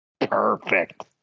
perfect